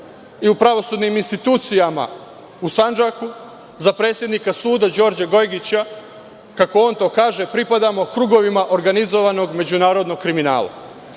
i u pravosudnim institucijama u Sandžaku, za predsednika suda Đorđa Gojgića, kako on to kaže – pripadamo krugovima organizovanog međunarodnog kriminala.U